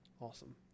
Awesome